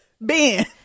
Ben